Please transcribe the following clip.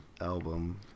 album